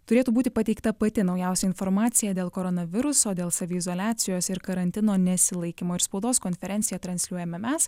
turėtų būti pateikta pati naujausia informacija dėl koronaviruso dėl saviizoliacijos ir karantino nesilaikymo ir spaudos konferenciją transliuojame mes